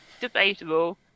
Debatable